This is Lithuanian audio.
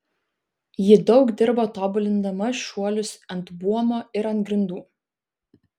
ji daug dirbo tobulindama šuolius ant buomo ir ant grindų